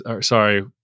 sorry